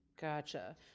Gotcha